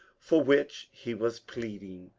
for which he was pleading.